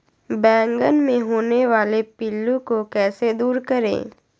बैंगन मे होने वाले पिल्लू को कैसे दूर करें?